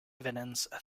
evidence